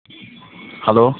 hello